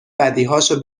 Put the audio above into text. بدیهاشو